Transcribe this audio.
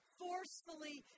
forcefully